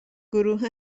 گروه